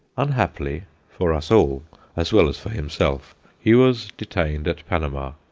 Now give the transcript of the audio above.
unhappily for us all as well as for himself he was detained at panama.